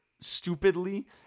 stupidly